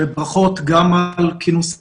וברכות גם על כינוס הוועדה,